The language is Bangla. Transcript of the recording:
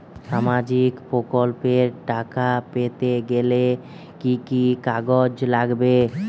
সামাজিক প্রকল্পর টাকা পেতে গেলে কি কি কাগজ লাগবে?